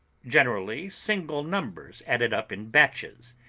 generally single numbers added up in batches,